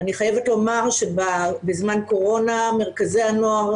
אני חייבת לומר שבזמן קורונה מרכזי הנוער,